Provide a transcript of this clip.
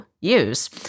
use